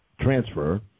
transfer